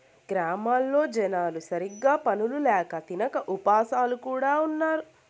గ్రామాల్లో జనాలు సరిగ్గా పనులు ల్యాక తినక ఉపాసాలు కూడా ఉన్నారు